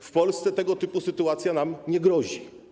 W Polsce tego typu sytuacja nam nie grozi.